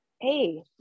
Hey